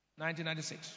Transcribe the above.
1996